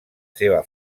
seva